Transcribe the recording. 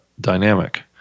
dynamic